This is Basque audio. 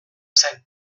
zen